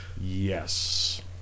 Yes